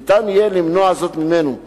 יהיה אפשר למנוע זאת ממנו.